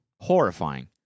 horrifying